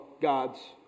God's